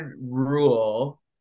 rule